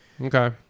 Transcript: Okay